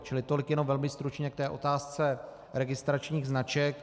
Čili tolik jenom velmi stručně k otázce registračních značek.